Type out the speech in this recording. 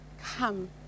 come